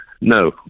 No